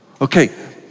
Okay